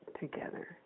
together